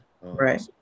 Right